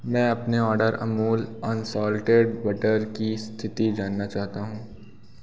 मैं अपने order Amul unsalted butter की स्थिति जानना चाहता हूँ